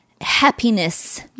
happiness